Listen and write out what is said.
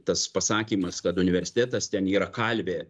tas pasakymas kad universitetas ten yra kalvė